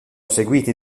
seguiti